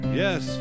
yes